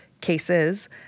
cases